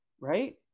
right